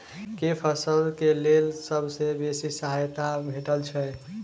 केँ फसल केँ लेल सबसँ बेसी सहायता भेटय छै?